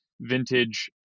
vintage